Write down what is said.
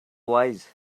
wise